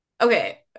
Okay